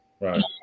Right